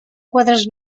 quadres